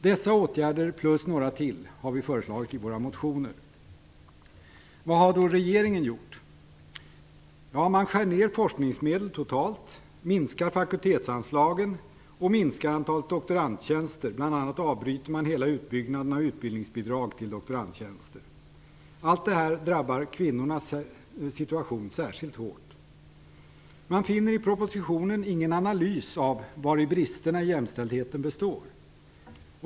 Dessa åtgärder plus några till har vi föreslagit i våra motioner. Vad har då regeringen gjort? Ja, man skär ner på forskningsmedel totalt, minskar fakultetsanslagen och minskar antalet doktorandtjänster. Bl.a. avbryter man helt utbyggnaden av utbildningsbidrag till doktorandtjänster. Allt detta drabbar kvinnorna särskilt hårt. Man finner i propositionen ingen analys av vari bristerna i jämställdheten består.